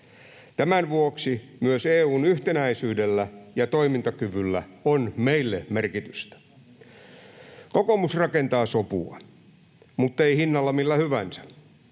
Tämän vuoksi myös EU:n yhtenäisyydellä ja toimintakyvyllä on meille merkitystä. Kokoomus rakentaa sopua, muttei hinnalla millä hyvänsä.